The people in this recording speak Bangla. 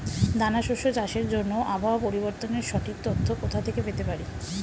দানা শস্য চাষের জন্য আবহাওয়া পরিবর্তনের সঠিক তথ্য কোথা থেকে পেতে পারি?